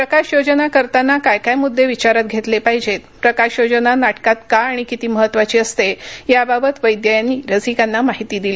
प्रकाश योजना करताना काय काय मुद्दे विचारात घेतले पाहिजेत प्रकाश योजना नाटकात का आणि किती महत्त्वाची असते याबाबत वैद्य यांनी रसिकांना माहिती दिली